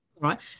right